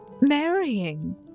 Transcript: marrying